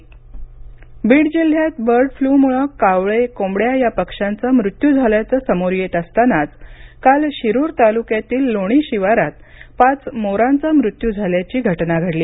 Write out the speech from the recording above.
Beed bird flu Beed जिल्ह्यात bird फ्ल्यूमुळे कावळे कोंबड्या या पक्षांचा मृत्यू झाल्याचे समोर येत असतानाच काल शिरूर तालुक्यातील लोणी शिवारात पाच मोरांचा मृत्यू झाल्याची घटना घडली